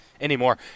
anymore